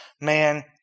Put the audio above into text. man